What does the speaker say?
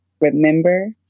remember